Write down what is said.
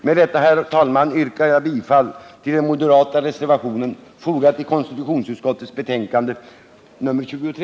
Med detta, herr talman, yrkar jag bifall till den moderata reservationen som är fogad till konstitutionsutskottets betänkande 1978/79:23.